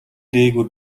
дээгүүр